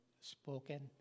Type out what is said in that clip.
spoken